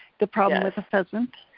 the problem with the pheasant,